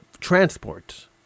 transport